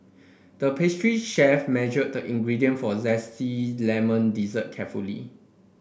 the pastry chef measured the ingredient for a zesty lemon dessert carefully